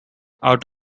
out